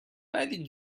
ولی